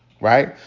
right